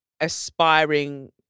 aspiring